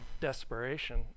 desperation